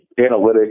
analytics